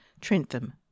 Trentham